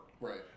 Right